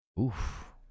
Oof